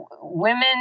women